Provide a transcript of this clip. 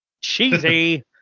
cheesy